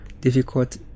difficult